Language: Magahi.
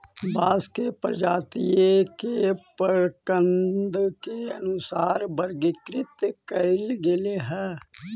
बांस के प्रजाती के प्रकन्द के अनुसार वर्गीकृत कईल गेले हई